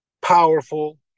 powerful